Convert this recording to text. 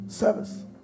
service